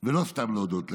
ולא סתם להודות להם.